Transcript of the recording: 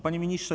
Panie Ministrze!